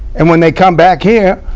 and when they come back here,